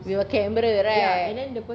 with a camera right